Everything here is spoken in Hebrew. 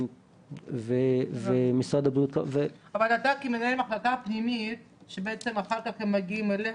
אבל אתה כמנהל מחלקה פנימית שבעצם אחר כך הם מגיעים אליך,